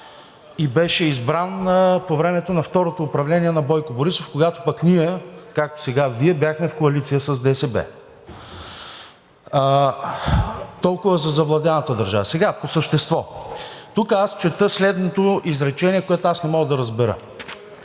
и беше избран по времето на второто управление на Бойко Борисов, когато пък ние, както сега Вие, бяхме в коалиция с ДСБ. Толкова за завладяната държава. Сега по същество. Тук чета следното изречение, което аз не мога да разбера: